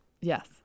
Yes